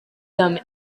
them